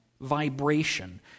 vibration